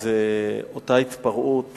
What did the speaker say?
זה אותה התפרעות